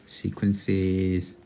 sequences